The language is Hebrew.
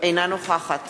אינה נוכחת